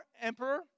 emperor